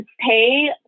pay